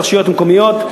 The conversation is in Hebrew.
ברשויות מקומיות,